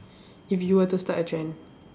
if you were to start a trend